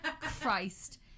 Christ